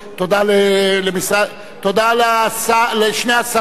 תודה לשני השרים